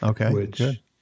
okay